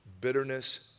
Bitterness